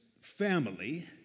family